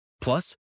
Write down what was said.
Plus